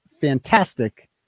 fantastic